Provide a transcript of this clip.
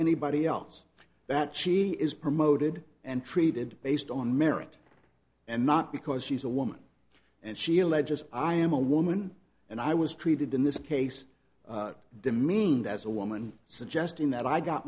anybody else that she is promoted and treated based on merit and not because she's a woman and she alleges i am a woman and i was treated in this case demeaned as a woman suggesting that i got